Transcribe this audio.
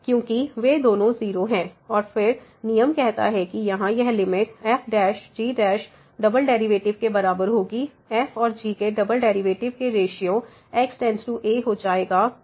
क्योंकि वे दोनों 0 हैं और फिर नियम कहता है कि यहाँ यह limit f g double derivative के बराबर होगी f और g के डबल डेरिवेटिव के रेश्यो x → aहो जाएगा